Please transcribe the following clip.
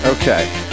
Okay